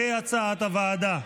כהצעת הוועדה.